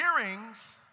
Earrings